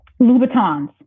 Louboutins